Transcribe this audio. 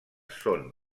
són